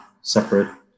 separate